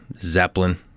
Zeppelin